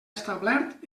establert